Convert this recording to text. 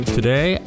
Today